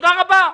תודה רבה.